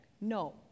no